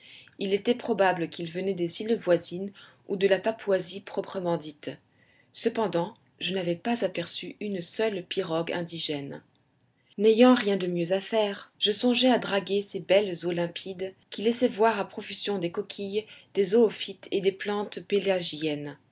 il était probable qu'ils venaient des îles voisines ou de la papouasie proprement dite cependant je n'avais pas aperçu une seule pirogue indigène n'ayant rien de mieux à faire je songeai à draguer ces belles eaux limpides qui laissaient voir à profusion des coquilles des zoophytes et des plantes pélagiennes